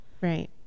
Right